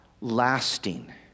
lasting